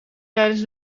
tijdens